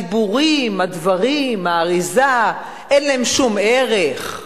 הדיבורים, הדברים, האריזה, אין להם שום ערך.